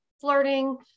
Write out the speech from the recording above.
flirting